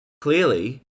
clearly